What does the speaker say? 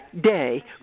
day